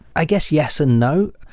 i guess yes and no.